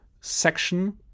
section